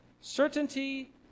Certainty